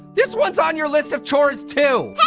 this one's on your list of chores too.